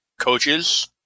coaches